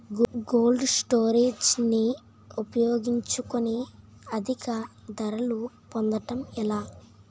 Cold storage ని ఉపయోగించుకొని అధిక ధరలు పొందడం ఎలా?